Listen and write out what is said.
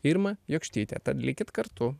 irma jakštyte tad likit kartu